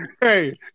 Hey